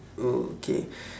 oh okay